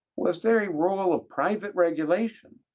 was there a role of private regulation,